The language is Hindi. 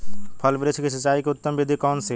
फल वृक्ष की सिंचाई की उत्तम विधि कौन सी है?